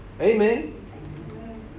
Amen